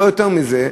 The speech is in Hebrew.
לא יותר מזה,